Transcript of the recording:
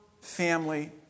family